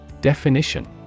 Definition